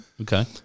Okay